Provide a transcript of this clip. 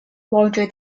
larger